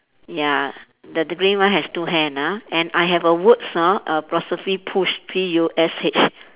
ya the degree one has two hand ah and I have a words ah err apostrophe push P U S H